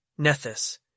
Nethys